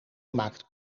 maakt